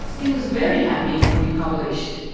he was very happy it would be published.